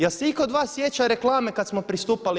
Je li se itko od vas sjeća reklame kada smo pristupali EU?